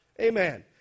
Amen